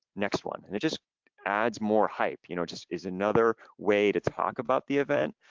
next one and it just adds more hype, you know just is another way to talk about the event.